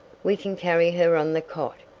we can carry her on the cot,